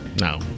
No